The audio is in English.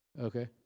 Okay